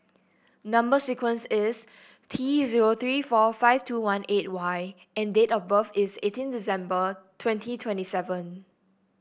number sequence is T zero three four five two one eight Y and date of birth is eighteen December twenty twenty seven